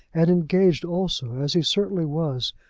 and engaged also, as he certainly was,